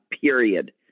period